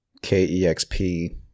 KEXP